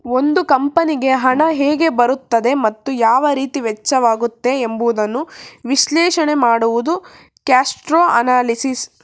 ಒಂದು ಕಂಪನಿಗೆ ಹಣ ಹೇಗೆ ಬರುತ್ತದೆ ಮತ್ತು ಯಾವ ರೀತಿ ವೆಚ್ಚವಾಗುತ್ತದೆ ಎಂಬುದನ್ನು ವಿಶ್ಲೇಷಣೆ ಮಾಡುವುದು ಕ್ಯಾಶ್ಪ್ರೋ ಅನಲಿಸಿಸ್